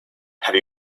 have